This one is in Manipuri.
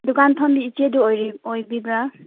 ꯗꯨꯀꯥꯟ ꯐꯝꯕꯤ ꯏꯆꯦꯗꯨ ꯑꯣꯏꯕꯤꯕ꯭ꯔꯥ